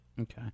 Okay